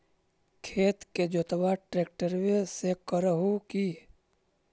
खेत के जोतबा ट्रकटर्बे से कर हू की?